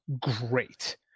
great